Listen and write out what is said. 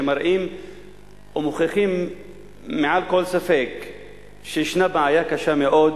שמראים ומוכיחים מעל לכל ספק שישנה בעיה קשה מאוד